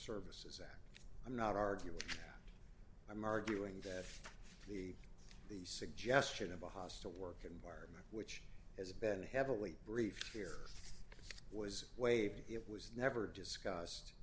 services act i'm not arguing i'm arguing that the the suggestion of a hostile work environment which has been heavily brief here was waived it was never discussed